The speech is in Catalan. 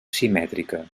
simètrica